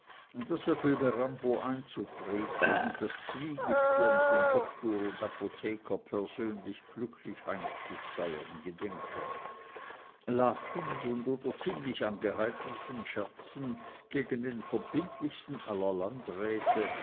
mirambo einzutreten und das zwiegestirn von doktor und apotheker persönlich glücklich heimzusteuern gedenke lachend und unter ziemlich angeheiterten scherzen gegen den verbindlichsten aller landräte